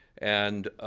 and